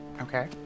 Okay